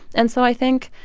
and so i think,